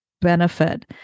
benefit